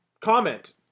comment